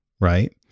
Right